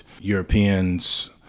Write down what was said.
Europeans